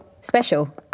Special